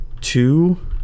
two